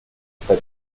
stai